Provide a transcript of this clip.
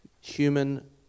human